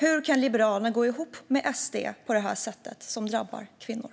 Hur kan Liberalerna gå ihop med SD på det här sättet, vilket drabbar kvinnor?